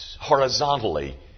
horizontally